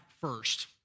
first